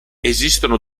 esistono